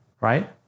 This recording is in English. right